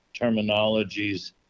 terminologies